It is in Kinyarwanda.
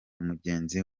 mugenzi